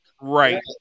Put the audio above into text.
Right